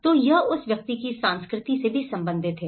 तो यह उस व्यक्ति की संस्कृति से भी संबंधित है